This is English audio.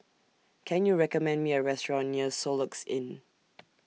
Can YOU recommend Me A Restaurant near Soluxe Inn